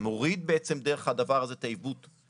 מוריד בעצם דרך הדבר הזה את העיוות,